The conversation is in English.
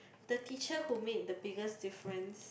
the teacher who make the biggest difference